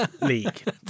league